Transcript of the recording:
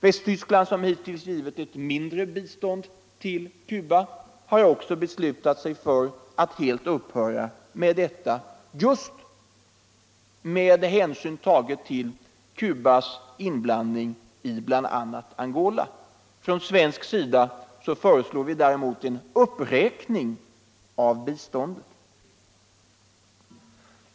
Västtyskland, som hittills har givit ett mindre bistånd till Cuba, har också beslutat sig för att helt upphöra med det med hänsyn till Cubas inblandning i Angola. Från svensk sida föreslås däremot en uppräkning av biståndet.